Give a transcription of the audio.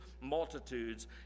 multitudes